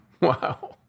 Wow